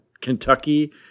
Kentucky